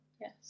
Yes